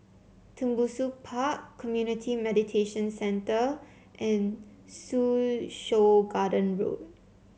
Tembusu Park Community Mediation Centre and Soo Chow Garden Road